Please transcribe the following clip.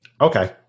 Okay